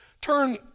Turn